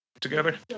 together